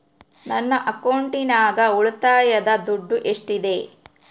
ನನ್ನ ಅಕೌಂಟಿನಾಗ ಉಳಿತಾಯದ ದುಡ್ಡು ಎಷ್ಟಿದೆ?